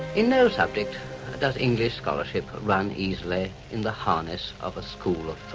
in no subject does english scholarship run easily in the harness of a school of